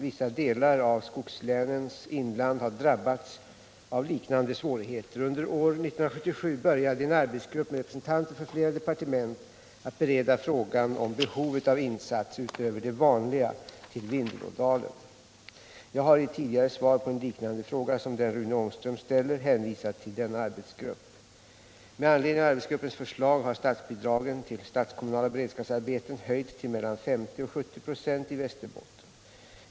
Vissa delar av skogslänens inland har drabbats av liknande svårigheter. Under år 1977 började en arbetsgrupp med representanter för flera departement att bereda frågan om behovet av insatser utöver de vanliga när det gäller Vindelådalen. Jag har i tidigare svar på en liknande fråga som Rune Ångström ställer hänvisat till denna arbetsgrupp. Med anledning av arbetsgruppens förslag har statsbidragen till statskommunala beredskapsarbeten i Västerbotten höjts till mellan 50 och 70 96.